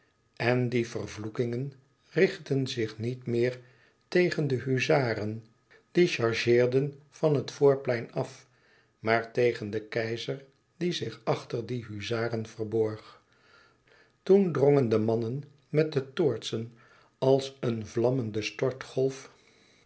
en die vervloekingen richtten zich niet meer tegen de huzaren die chargeerden van het voorplein af maar tegen den keizer die zich achter die huzaren verborg toen drongen de mannen met de toortsen als een vlammende